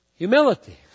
Humility